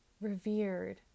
revered